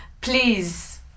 Please